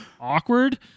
awkward